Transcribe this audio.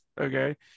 okay